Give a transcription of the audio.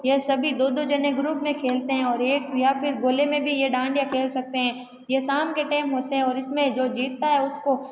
यह सभी दो दो जने ग्रूप में खेलते हैं और एक या फिर गोले में भी ये डंडियाँ खेल सकते हैं ये शाम के टाइम होते हैं और इसमें जो जीतता है उसको